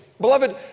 beloved